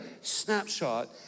Snapshot